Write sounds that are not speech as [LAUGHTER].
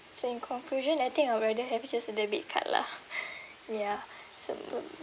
so in conclusion I think I'd rather have just a debit card lah [BREATH] ya simple